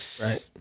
Right